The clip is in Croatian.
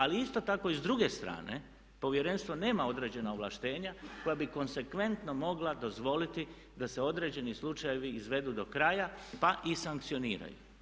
Ali isto tako i s druge strane Povjerenstvo nema određena ovlaštenja koja bi konsekventno mogla dozvoliti da se određeni slučajevi izvedu do kraja pa i sankcioniraju.